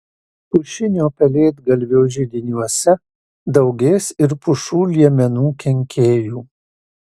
pušinio pelėdgalvio židiniuose daugės ir pušų liemenų kenkėjų